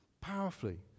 powerfully